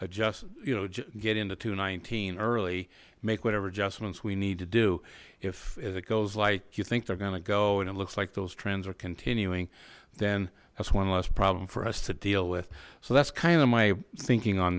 adjust you know just get into two hundred and nineteen early make whatever adjustments we need to do if it goes like you think they're gonna go and it looks like those trends are continuing then that's one less problem for us to deal with so that's kind of my thinking on